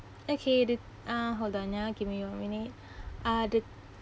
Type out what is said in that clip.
okay the uh hold on ya now give me one minute uh the